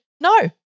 no